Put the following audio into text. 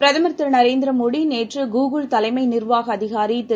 பிரதம் திருநரேந்திரமோடி நேற்று கூகுள் தலைமைநா்வாகஅதிகாரிதிரு